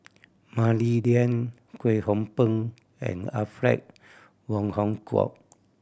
Mah Li Lian Kwek Hong Png and Alfred Wong Hong Kwok